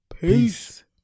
Peace